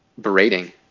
berating